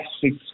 six